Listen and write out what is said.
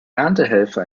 erntehelfer